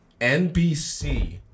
NBC